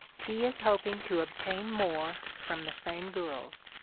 he is hoping to obtain more from the same girls.